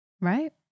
Right